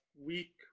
week